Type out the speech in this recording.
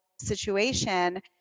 situation